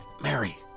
Mary